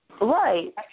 right